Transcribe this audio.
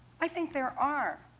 i think there are.